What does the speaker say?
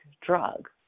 drug